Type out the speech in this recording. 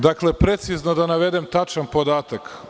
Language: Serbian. Dakle, precizno da navedem tačan podatak.